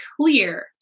clear